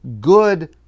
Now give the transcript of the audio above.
good